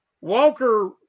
Walker